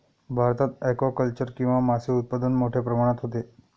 भारतात ॲक्वाकल्चर किंवा मासे उत्पादन मोठ्या प्रमाणात होते